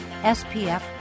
SPF